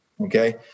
Okay